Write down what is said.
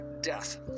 death